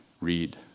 read